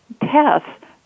tests